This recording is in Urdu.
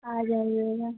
آ جائیے گا